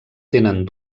tenen